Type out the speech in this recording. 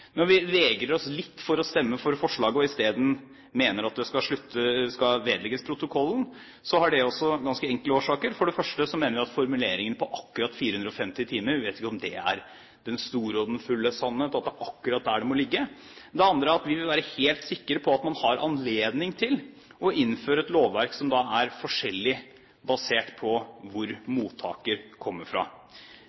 Når vi vegrer oss litt for å stemme for forslaget og isteden mener at det skal vedlegges protokollen, har det også ganske enkle årsaker. For det første gjelder det formuleringen 450 timer – vi vet ikke om det er den store og fulle sannhet at det er akkurat der det må ligge. Det andre er at vi vil være helt sikre på at man har anledning til å innføre et lovverk som virker forskjellig, basert på hvor